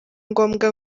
ngombwa